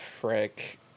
frick